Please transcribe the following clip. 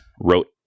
wrote